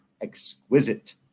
exquisite